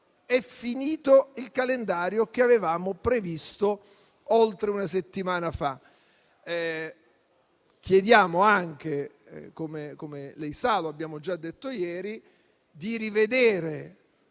però che il calendario che avevamo previsto oltre una settimana fa è finito. Chiediamo anche, come abbiamo già detto ieri, di rivedere